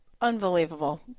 Unbelievable